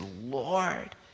Lord